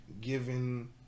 given